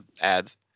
ads